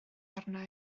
arna